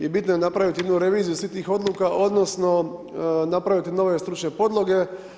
I bitno je napraviti jednu reviziju svih tih odluka, odnosno, napraviti nove stručne podloge.